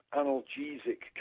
analgesic